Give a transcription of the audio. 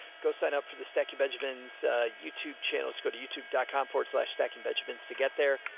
go sign up for the stacie benjamin's youtube channels. go to youtube dot com forward slash stacking benjamins to get there.